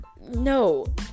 No